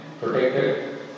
protected